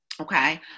Okay